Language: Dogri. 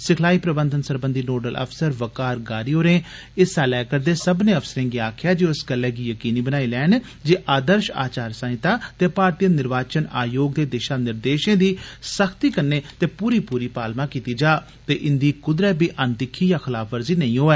सिखलाई प्रबंधन सरबंधी नोडल अफसर वकार गारी होरें हिस्सा लै'रदे सब्बनें अफसरें गी आक्खेआ जे ओ इस गल्लै गी यकीनी बनाई लैन जे आदर्श आचार संहिता ते भारती निर्वाचन आयोग दे दिशा निर्देशें दी सख्ती कन्नै ते पूरी पूरी पालमा कीती जा ते इन्दी कुदरै बी अनदिक्खी या खलाफवर्जी नेईं होऐ